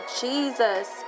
jesus